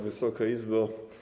Wysoka Izbo!